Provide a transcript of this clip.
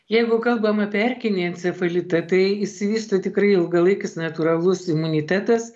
jeigu kalbam apie erkinį encefalitą tai išsivystė tikrai ilgalaikis natūralus imunitetas